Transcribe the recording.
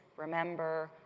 remember,